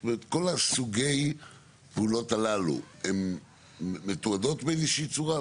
זאת אומרת כל סוגי הפעולות הללו הן מתועדות באיזושהי צורה?